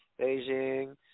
Beijing